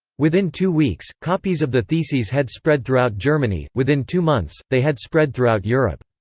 within two weeks, copies of the theses had spread throughout germany within two months, they had spread throughout europe.